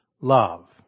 love